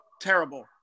terrible